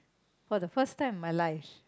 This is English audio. for the first time in my life's